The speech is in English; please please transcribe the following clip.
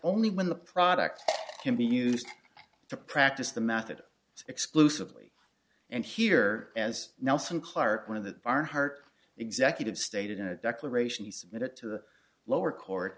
only when the product can be used to practice the method exclusively and here as nelson clark one of the our heart executive stated in a declaration he submitted to the lower court